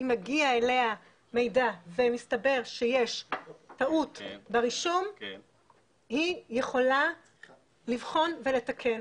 אם מגיע אליה מידע ומסתבר שיש טעות ברישום היא יכולה לבחון ולתקן.